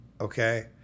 Okay